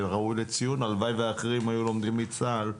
זה ראוי לציון הלוואי ואחרים היו לומדים מצה"ל.